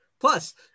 Plus